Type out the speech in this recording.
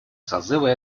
созыва